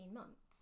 months